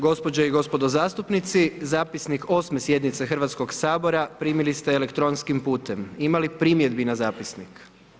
Gospođe i gospodo zastupnici, zapisnik 8. sjednice Hrvatskog sabora, primili ste elektronskim putem, ima li primjedbi na zapisnik?